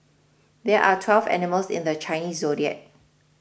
there are twelve animals in the Chinese zodiac